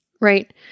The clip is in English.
right